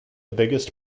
biggest